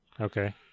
Okay